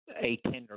A-tender